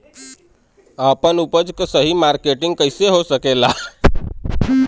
आपन उपज क सही मार्केटिंग कइसे हो सकेला?